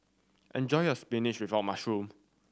enjoy your spinach with mushroom